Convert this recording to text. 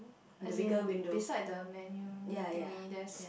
as in beside the menu thingy there's